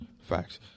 Facts